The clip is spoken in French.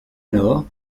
nord